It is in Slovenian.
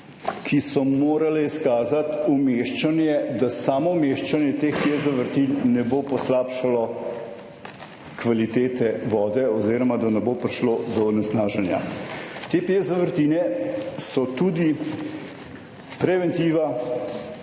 ki so morale izkazati umeščanje, da samo umeščanje teh piezo vrtin ne bo poslabšalo kvalitete vode oziroma da ne bo prišlo do onesnaženja. Te piezo vrtine so tudi preventiva